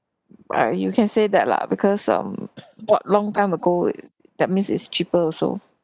right you can say that lah because um bought long time ago it that means it's cheaper also